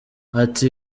ati